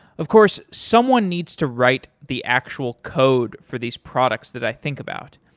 of course, someone needs to write the actual code for these products that i think about.